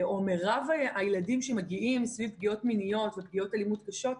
או מרב הילדים שמגיעים סביב פגיעות מיניות ופגיעות אלימות קשה,